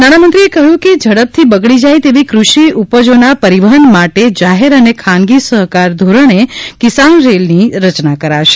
નાણાંમંત્રીએ કહયું કે ઝડપથી બગડી જાય તેવી કૃષી ઉપજોના પરીવહન માટે જાહેર ૈ ને ખાનગી સહકાર ધોરણે કિસાન રેલની રચના કરાશે